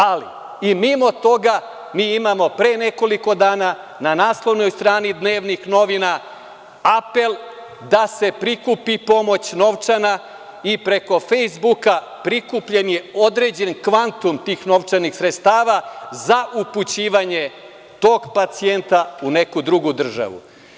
Ali, i mimo toga mi imao pre nekoliko dana na naslovnoj strani dnevnih novina apel da se prikupi pomoć novčana i preko „fejsbuka“ prikupljen je određen kvantum tih novčanih sredstava za upućivanje tog pacijenta u neku drugu državu.